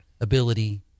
ability